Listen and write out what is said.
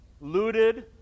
looted